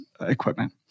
equipment